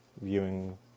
viewing